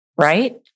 right